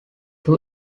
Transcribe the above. two